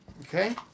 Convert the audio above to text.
Okay